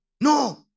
No